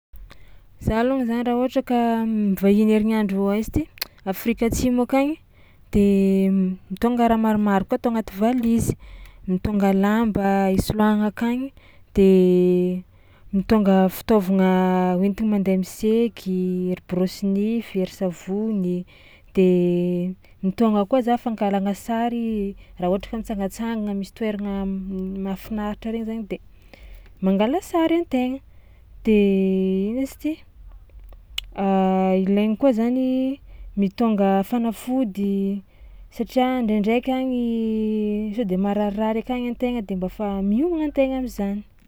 Za alôny zany raha ohatra ka mivahiny herignandro aizy ty Afrika Atsimo akagny de mitônga raha maromaro koa atao agnaty valizy, mitônga lamba isoloagna akagny de mitônga fitaovagna hoentiny mandeha misaiky, ery borosy nify, ery savony de mitônga koa za fangalagna sary raha ohatra ka mitsangatsangagna misy toeragna m- mahafinaritra regny zany de mangala sary an-tegna de ino izy ty ilaigny koa zany mitônga fanafody satria ndraindraiky agny sao de mararirary akagny an-tegna de mba fa miomagna an-tegna am'zany.